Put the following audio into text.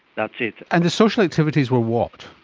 that's it. and the social activities were what?